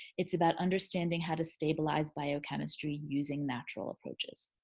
it's about understanding how to stabilize biochemistry using natural approaches.